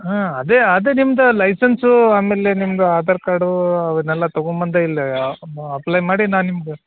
ಹಾಂ ಅದೇ ಅದೇ ನಿಮ್ದು ಲೈಸೆನ್ಸು ಆಮೇಲೆ ನಿಮ್ಮದು ಆಧಾರ್ ಕಾರ್ಡು ಅವನ್ನೆಲ್ಲ ತಗೋಬಂದು ಇಲ್ಲಿ ಮ್ ಅಪ್ಲೈ ಮಾಡಿ ನಾ ನಿಮ್ಗೆ